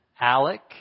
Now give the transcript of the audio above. Alec